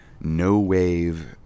no-wave